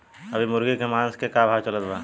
अभी मुर्गा के मांस के का भाव चलत बा?